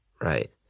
right